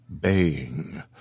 baying